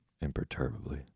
imperturbably